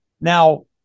Now